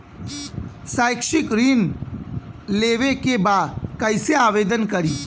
शैक्षिक ऋण लेवे के बा कईसे आवेदन करी?